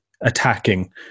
attacking